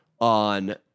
on